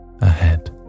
ahead